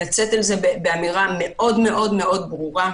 לצאת עם זה באמירה מאוד ברורה,